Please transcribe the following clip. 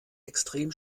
extrem